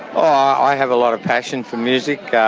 i have a lot of passion for music.